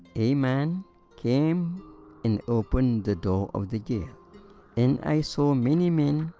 a man came and opened the door of the jail and i saw many men.